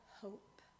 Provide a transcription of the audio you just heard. hope